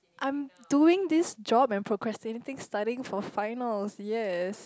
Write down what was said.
I am doing this job and procrastinating studying for finals yes